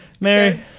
Mary